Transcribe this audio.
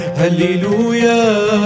hallelujah